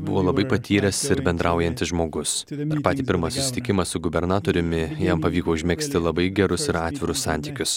buvo labai patyręs ir bendraujantis žmogus patį pirmą susitikimą su gubernatoriumi jam pavyko užmegzti labai gerus ir atvirus santykius